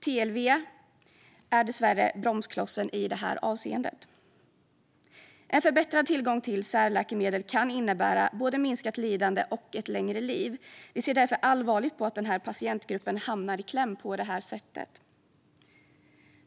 TLV är dessvärre bromsklossen i det här avseendet. En förbättrad tillgång till särläkemedel kan innebära både minskat lidande och ett längre liv. Vi ser därför allvarligt på att den här patientgruppen hamnar i kläm på det här sättet.